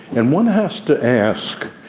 and one has to ask,